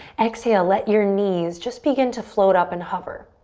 exhale, let your knees just begin to float up and hover.